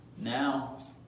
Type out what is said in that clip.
Now